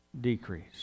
decrease